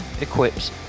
equips